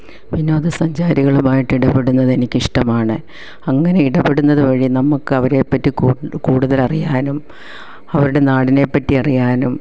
വിനോദസഞ്ചാരികളുമായിട്ട് ഇടപെടുന്നത് എനിക്ക് ഇ ഷ്ടമാണ് അങ്ങനെ ഇടപെടുന്നത് വഴി നമുക്ക് അവരെ പറ്റി കൂടുതലറിയാനും അവരുടെ നാടിനെ പറ്റി അറിയാനും